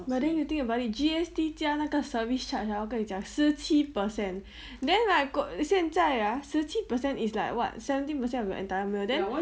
but then you think about it G_S_T 加那个 service charge ah 我跟你讲十七 percent then like 现在 ah 十七 percent is like what seventeen percent of the entire meal then